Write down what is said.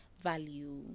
value